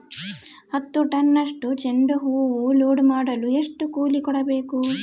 ಹತ್ತು ಟನ್ನಷ್ಟು ಚೆಂಡುಹೂ ಲೋಡ್ ಮಾಡಲು ಎಷ್ಟು ಕೂಲಿ ಕೊಡಬೇಕು?